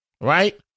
right